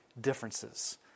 differences